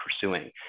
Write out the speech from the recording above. pursuing